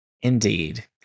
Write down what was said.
Indeed